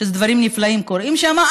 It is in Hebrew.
שדברים נפלאים קורים שם.